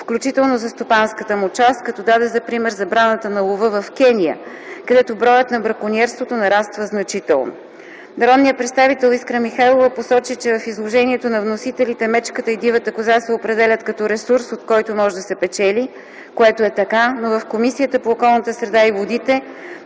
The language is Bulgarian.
включително за стопанската му част, като даде за пример забраната на лова за Кения, където броят на бракониерството нараства значително. Народният представител Искра Михайлова посочи, че в изложението на вносителите мечката и дивата коза се определят като ресурс, от който може да се печели, което е така, но в Комисията по околна среда те